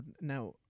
Now